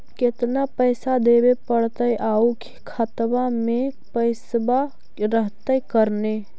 केतना पैसा देबे पड़तै आउ खातबा में पैसबा रहतै करने?